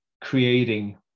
creating